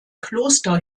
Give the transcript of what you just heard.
kloster